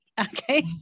Okay